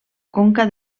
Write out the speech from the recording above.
conca